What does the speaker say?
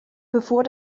bevor